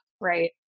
right